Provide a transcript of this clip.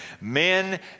men